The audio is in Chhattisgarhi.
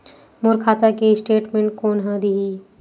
मोर खाता के स्टेटमेंट कोन ह देही?